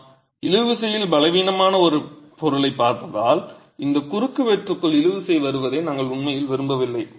நாம் இழு விசையில் பலவீனமான ஒரு பொருளைப் பார்ப்பதால் இந்த குறுக்குவெட்டுக்குள் இழுவிசை வருவதை நாங்கள் உண்மையில் விரும்பவில்லை